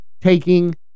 taking